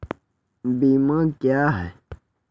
बीमा क्या हैं?